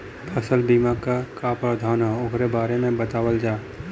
फसल बीमा क का प्रावधान हैं वोकरे बारे में बतावल जा?